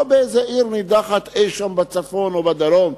לא באיזו עיר נידחת אי-שם בצפון או בדרום,